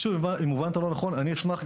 אם הובנת לא נכון אני אשמח,